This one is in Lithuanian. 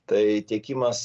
tai tiekimas